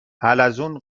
حلزون